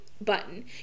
button